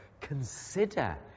consider